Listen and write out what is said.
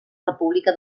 república